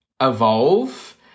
evolve